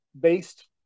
based